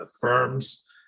firms